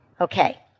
Okay